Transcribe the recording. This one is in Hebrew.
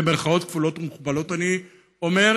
במירכאות כפולות ומכופלות אני אומר,